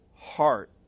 heart